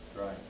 Right